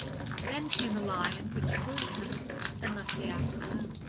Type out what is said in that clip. then came a lion which slew him and left the ass alone.